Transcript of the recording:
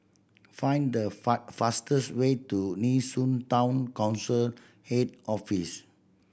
find the fastest way to Nee Soon Town Council Head Office